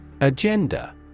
Agenda